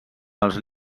pels